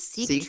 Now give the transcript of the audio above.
Seek